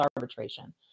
arbitration